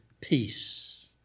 peace